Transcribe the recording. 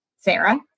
Sarah